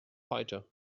heute